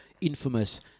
infamous